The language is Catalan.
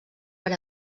per